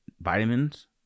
vitamins